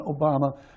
Obama